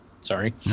Sorry